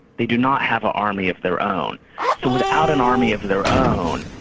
they do not have an army of their own, so without an army of their own,